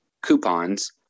coupons